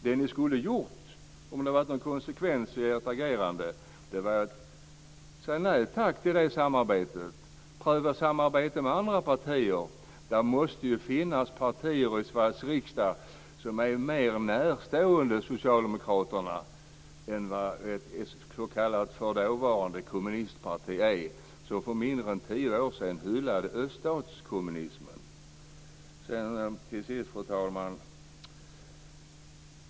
Det ni skulle ha gjort, om det hade varit någon konsekvens i ert agerande, är att säga nej tack till det samarbetet och pröva samarbete med andra partier. Det måste ju finnas partier i Sveriges riksdag som är Socialdemokraterna mer närstående än vad ett s.k. dåvarande kommunistparti är, som för mindre än tio år sedan hyllade öststatskommunismen. Fru talman!